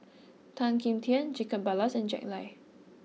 Tan Kim Tian Jacob Ballas and Jack Lai